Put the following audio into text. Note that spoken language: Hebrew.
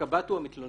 הקב"ט הוא המתלונן.